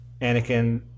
Anakin